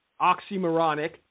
oxymoronic